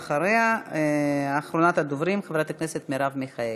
ואחריה, אחרונת הדוברים, חברת הכנסת מרב מיכאלי.